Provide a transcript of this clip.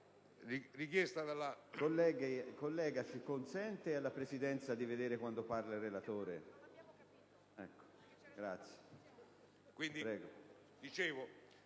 Grazie,